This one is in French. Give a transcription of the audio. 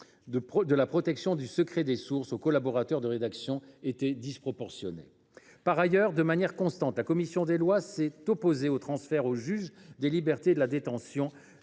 de la protection du secret des sources aux collaborateurs de rédaction était disproportionnée. Par ailleurs, de manière constante, elle s’est opposée au transfert au juge des libertés et de la détention